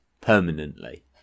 permanently